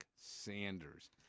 Sanders